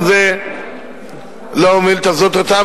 גם זה לאו מילתא זוטרתא,